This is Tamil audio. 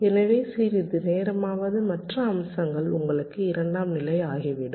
எனவே சிறிது நேரமாவது மற்ற அம்சங்கள் உங்களுக்கு இரண்டாம் நிலை ஆகிவிடும்